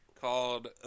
Called